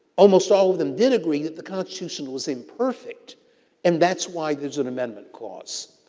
almost all of them did agree that the constitution wasn't perfect and that's why there's an amendment clause.